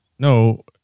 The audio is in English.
No